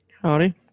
howdy